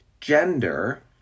gender